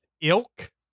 Ilk